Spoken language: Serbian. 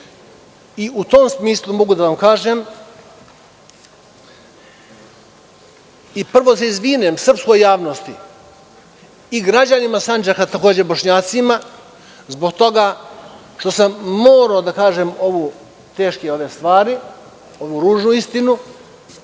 tom smislu mogu da vam kažem i da se prvo izvinem srpskoj javnosti i takođe građanima Sandžaka, Bošnjacima zbog toga što sam morao da kažem ove teške stvari, ovu ružnu istinu